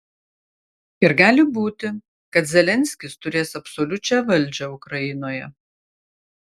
ir gali būti kad zelenskis turės absoliučią valdžią ukrainoje